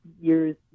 years